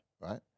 Right